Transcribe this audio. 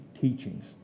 teachings